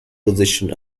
position